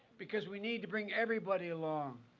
because we need to bring everybody along.